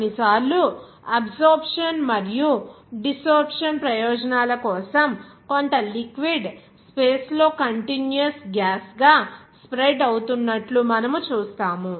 కొన్నిసార్లు అబ్సోర్ప్షన్ మరియు డిసోర్ప్షన్ ప్రయోజనాల కోసం కొంత లిక్విడ్ స్పేస్ లో కంటిన్యూయస్ గ్యాస్ గా స్ప్రెడ్ అవుతున్నట్లు మనము చూస్తాము